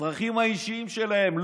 לצרכים האישיים שלהם.